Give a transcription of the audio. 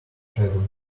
shadow